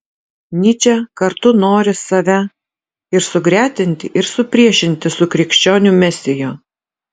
nyčė kartu nori save ir sugretinti ir supriešinti su krikščionių mesiju